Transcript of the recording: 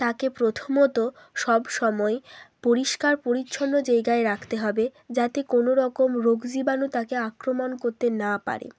তাকে প্রথমত সব সময় পরিষ্কার পরিচ্ছন্ন জায়গায় রাখতে হবে যাতে কোনো রকম রোগ জীবাণু তাকে আক্রমণ করতে না পারে